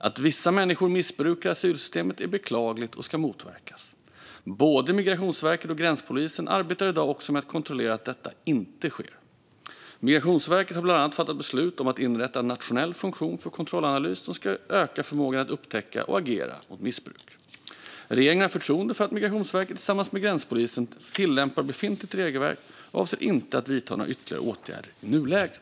Att vissa människor missbrukar asylsystemet är beklagligt och ska motverkas. Både Migrationsverket och gränspolisen arbetar i dag också med att kontrollera att detta inte sker. Migrationsverket har bland annat fattat beslut om att inrätta en nationell funktion för kontrollanalys som ska öka förmågan att upptäcka och agera mot missbruk. Regeringen har förtroende för att Migrationsverket tillsammans med gränspolisen tillämpar befintligt regelverk och avser inte att vidta några ytterligare åtgärder i nuläget.